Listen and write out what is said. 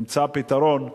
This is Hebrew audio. נמצא פתרון,